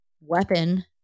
weapon